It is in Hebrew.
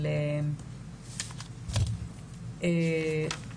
טיפול בתלונות הטרדה מינית ביחד מטפל מטופל ד"ר אהוד